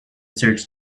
searched